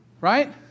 Right